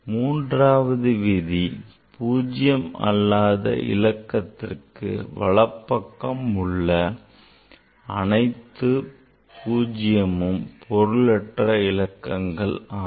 மூன்றாவது விதி கடைசி பூஜ்யம் அல்லாத இலக்கத்திற்கு வலப்பக்கம் உள்ள அனைத்து பூஜ்ஜியமும் பொருளற்ற இலக்கங்கள் ஆகும்